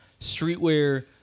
streetwear